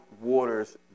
waters